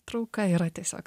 trauka yra tiesiog